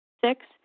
Six